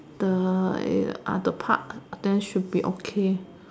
the eh ah the park then should be okay